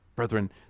Brethren